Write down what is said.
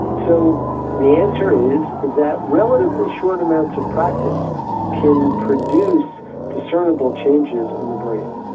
so the answer is that relatively short amounts of practice can produce discernable changes in the brain.